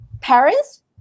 parents